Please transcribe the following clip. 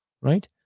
right